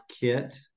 kit